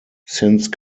since